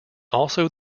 also